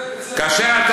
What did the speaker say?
כן, בסדר.